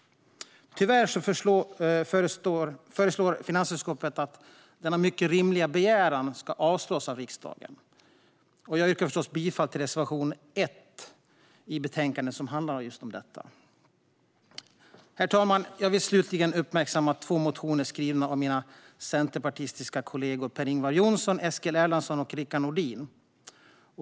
Tyvärr föreslår finansutskottet att denna mycket rimliga begäran ska avslås av riksdagen. Jag yrkar förstås bifall till reservation 1 i betänkandet, som handlar om just detta. Herr talman! Jag vill slutligen uppmärksamma två motioner skrivna av mina centerpartistiska kollegor Per-Ingvar Johnsson, Eskil Erlandsson och Rickard Nordin.